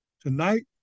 Tonight